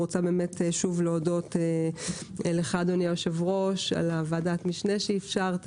אני רוצה להודות לך אדוני היושב-ארש על ועדת המשנה שאפשרת